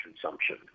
consumption